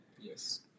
Yes